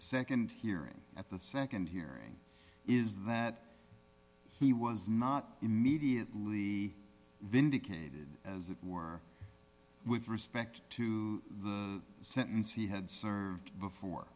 the nd hearing at the nd hearing is that he was not immediately vindicated as it were with respect to the sentence he had served before